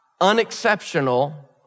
Unexceptional